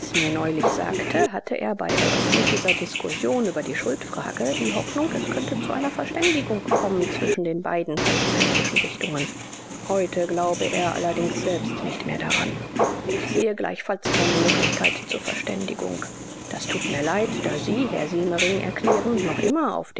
mir neulich sagte hatte er bei eröffnung dieser diskussion über die schuldfrage die hoffnung es könnte zu einer verständigung kommen zwischen den beiden pazifistischen richtungen heute glaube er allerdings selbst nicht mehr daran ich sehe gleichfalls keine möglichkeit zur verständigung das tut mir leid da sie herr siemering erklären noch immer auf